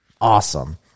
awesome